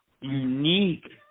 unique